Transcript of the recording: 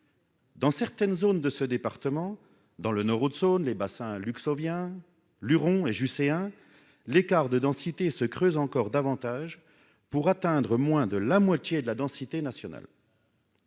Dans certaines zones de ce département, dans le Nord, Haute-Saône, les bassins luxe oh vient lurons et Ju C1 l'écart de densité se creuse encore davantage pour atteindre moins de la moitié de la densité nationale.